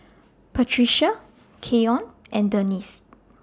Patrica Keion and Denisse